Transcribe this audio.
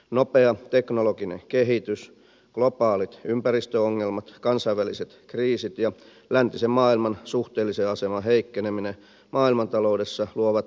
nopea teknologinen kehitys globaalit ympäristöongelmat kansainväliset kriisit ja läntisen maailman suhteellisen aseman heikkeneminen maailmantaloudessa luovat ennennäkemättömiä haasteita